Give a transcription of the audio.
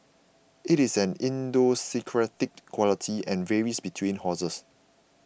it is an idiosyncratic quality and varies between horses